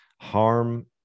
harm